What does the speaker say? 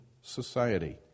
society